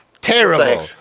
terrible